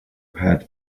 had